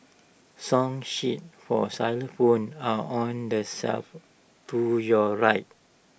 song sheets for xylophones are on the shelf to your right